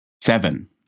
Seven